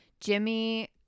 Jimmy